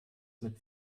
mit